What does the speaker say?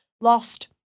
lost